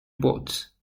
boats